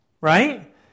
right